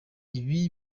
ibi